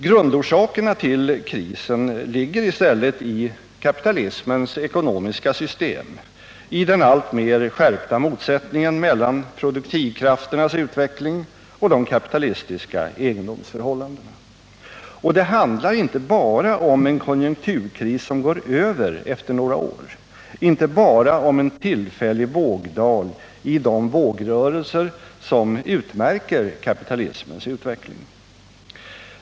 Grundorsakerna till krisen ligger i stället i kapitalismens ekonomiska system, i den alltmer skärpta motsättningen mellan produktivkrafternas utveckling och de kapitalistiska egendomsförhållandena. Och det handlar inte bara om en konjunkturkris som går över efter några år, inte bara om en tillfällig vågdal i de vågrörelser som utmärker kapitalismens utveckling.